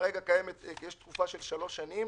כרגע יש תקופה של שלוש שנים